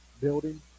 building